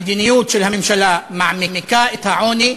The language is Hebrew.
המדיניות של הממשלה מעמיקה את העוני,